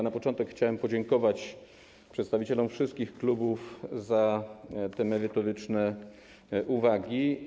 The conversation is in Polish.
Na początku chciałem podziękować przedstawicielom wszystkich klubów za merytoryczne uwagi.